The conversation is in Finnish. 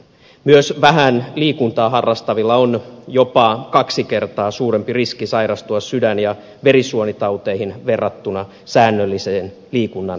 myös vähän liikuntaa harrastavilla on jopa kaksi kertaa suurempi riski sairastua sydän ja verisuonitauteihin verrattuna säännöllisesti liikuntaa harrastaviin